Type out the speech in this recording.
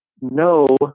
no